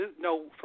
no